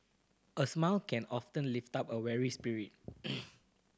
a smile can often lift up a weary spirit